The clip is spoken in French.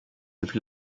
depuis